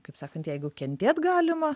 kaip sakant jeigu kentėt galima